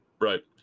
right